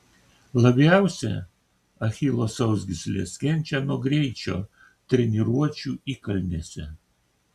labiausiai achilo sausgyslės kenčia nuo greičio treniruočių įkalnėse